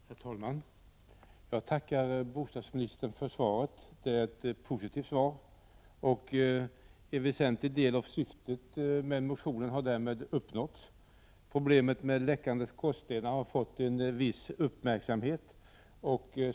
Herr talman! Jag tackar bostadsministern för svaret. Det är ett positivt svar, och en väsentlig del av syftet med interpellationen har därmed uppnåtts: problemet med läckande skorstenar har fått en viss uppmärksamhet.